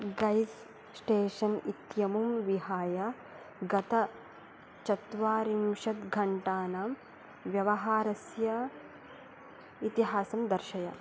gas station इत्यमुं विहाय गतचत्वारिंशद्घण्टानां व्यवहारस्य इतिहासं दर्शय